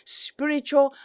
spiritual